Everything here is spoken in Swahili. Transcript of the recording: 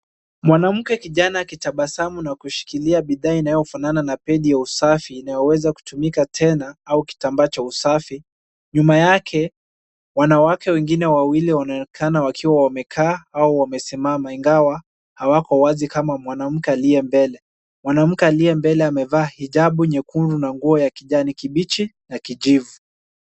Mwanamke kijana akitabasamu na kushikilia bidhaa inayofanana na pedi ya usafi inayoweza kutumika tena au kitambaa cha usafi. Nyuma yake wanawake wengine wawili wanaonekana wakiwa wamekaa au wamesimama, ingawa hawako wazi kama mwanamke aliye mbele. Mwanamke aliye mbele amevaa hijabu nyekundu na nguo ya kijani kibichi na kijivu.